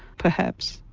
perhaps,